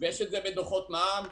זה קיים בדוחות מע"מ.